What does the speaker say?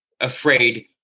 afraid